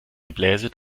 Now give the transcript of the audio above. gebläse